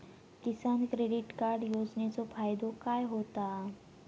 किसान credit card योजनेचो फायदो काय होता?